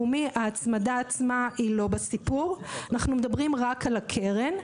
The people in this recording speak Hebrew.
ההצמדה עצמה היא לא בסיפור; אנחנו מדברים רק על הקרן.